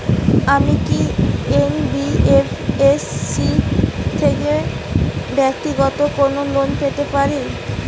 আমি কি এন.বি.এফ.এস.সি থেকে ব্যাক্তিগত কোনো লোন পেতে পারি?